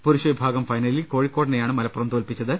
പുരുഷവിഭാഗം ഫൈനലിൽ കോഴിക്കോടിനെയാണ് മലപ്പുറം തോല്പിച്ചത്